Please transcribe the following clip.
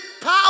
power